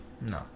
No